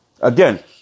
Again